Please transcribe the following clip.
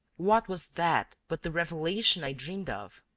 what was that but the revelation i dreamed of?